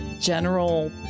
general